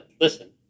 listen